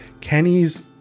Kenny's